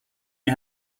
you